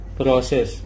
process